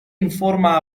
informa